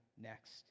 next